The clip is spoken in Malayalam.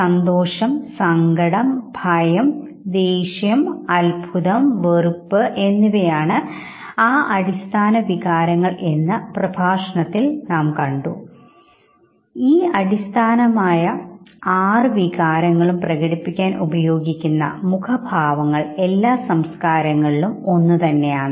സന്തോഷം സങ്കടം ഭയം ദേഷ്യം അൽഭുതം വെറുപ്പ് എന്നിവയാണ് ആണ് അടിസ്ഥാന വികാരങ്ങൾ എന്ന് കഴിഞ്ഞ പ്രഭാഷണത്തിൽ നാം നാം കണ്ടു ഈ അടിസ്ഥാനമായ അടിസ്ഥാനപരമായ ആറു വികാരങ്ങളും പ്രകടിപ്പിക്കാൻ ഉപയോഗിക്കുന്ന മുഖഭാവങ്ങൾ എല്ലാ സംസ്കാരങ്ങളിലും ഒന്ന് തന്നെയാണ്